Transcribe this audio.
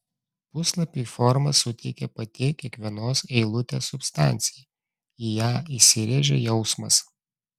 puslapiui formą suteikė pati kiekvienos eilutės substancija į ją įsirėžė jausmas